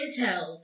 intel